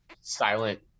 silent